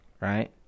right